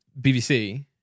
BBC